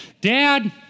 Dad